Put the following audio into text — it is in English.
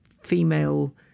female